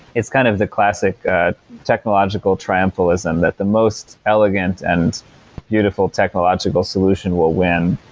it's kind of the classic technological trampolism that the most elegant and beautiful technological solution will win.